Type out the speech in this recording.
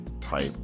type